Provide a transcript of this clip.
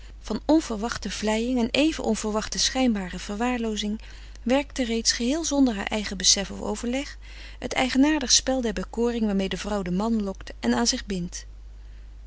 van onverwachte vleiing en even onverwachte schijnbare verwaarloozing werkte reeds geheel zonder haar eigen besef of overleg het eigenaardig spel der bekoring waarmee de vrouw den man lokt en aan zich bindt